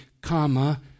comma